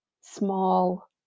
small